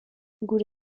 gure